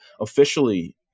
officially